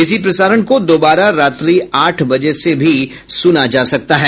इसी प्रसारण को दोबारा रात्रि आठ बजे से भी सुना जा सकता है